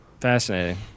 Fascinating